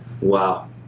Wow